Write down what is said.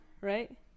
right